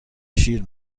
شیر